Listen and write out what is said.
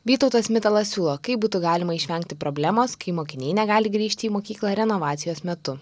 vytautas mitalas siūlo kaip būtų galima išvengti problemos kai mokiniai negali grįžti į mokyklą renovacijos metu